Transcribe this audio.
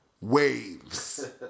Waves